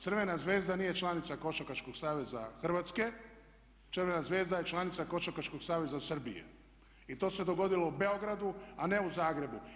Crvena zvezda nije članica Košarkaškog saveza Hrvatske, Crvena zvezda je članica Košarkaškog saveza Srbije i to se dogodilo u Beogradu a ne u Zagrebu.